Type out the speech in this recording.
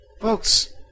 Folks